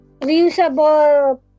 reusable